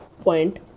point